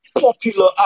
popular